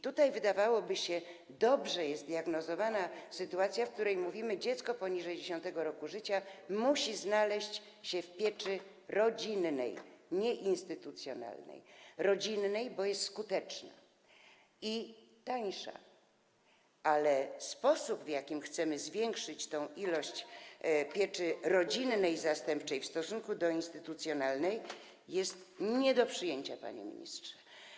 Tutaj, wydawałoby się, dobrze jest zdiagnozowana sytuacja, skoro mówimy: dziecko poniżej 10. roku życia musi znaleźć się w pieczy rodzinnej, nie instytucjonalnej, a rodzinnej, bo jest skuteczna i tańsza, ale sposób, w jaki chcemy zwiększyć tę ilość, skalę pieczy rodzinnej i zastępczej w stosunku do instytucjonalnej, jest nie do przyjęcia, panie ministrze.